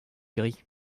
gris